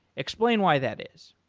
explain why that is.